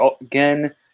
again